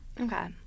Okay